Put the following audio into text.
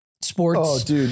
sports